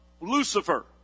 Lucifer